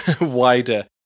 wider